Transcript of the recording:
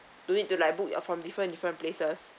do it do like book you are from different different places